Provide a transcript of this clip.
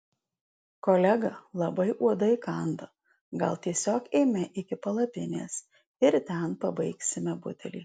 kolega labai uodai kanda gal tiesiog eime iki palapinės ir ten pabaigsime butelį